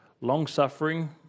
long-suffering